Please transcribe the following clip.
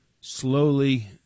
slowly